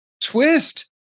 twist